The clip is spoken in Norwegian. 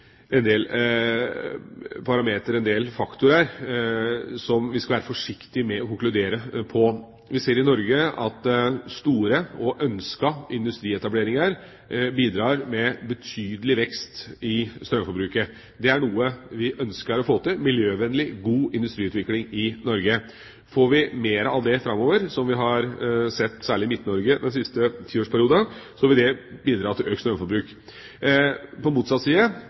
være forsiktige med å konkludere på grunnlag av. Vi ser i Norge at store og ønskede industrietableringer bidrar med en betydelig vekst i strømforbruket. Det er noe vi ønsker å få til – miljøvennlig, god industriutvikling i Norge. Får vi mer framover av det som vi har sett særlig i Midt-Norge den siste tiårsperioden, vil det bidra til økt strømforbruk. På motsatt side